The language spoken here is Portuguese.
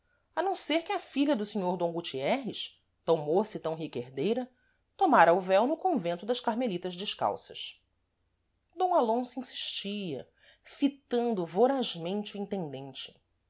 a não ser que a filha do senhor d gutierres tam môça e tam rica herdeira tomara o véu no convento das carmelitas descalças d alonso insistia fitando vorazmente o intendente